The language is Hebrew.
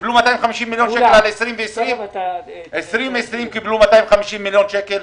קיבלו על 2020. ב-2020 קיבלו 250 מיליון שקלים.